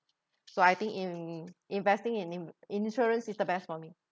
so I think in~ investing in insurance is the best for me